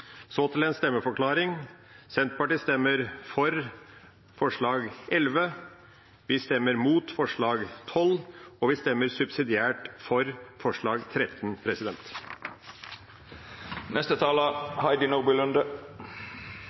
Så til en stemmeforklaring: Senterpartiet stemmer for forslag nr. 11, vi stemmer mot forslag nr. 12, og vi stemmer subsidiært for forslag nr. 13.